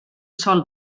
sol